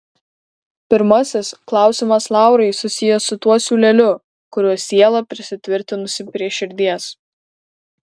pirmasis klausimas laurai susijęs su tuo siūleliu kuriuo siela prisitvirtinusi prie širdies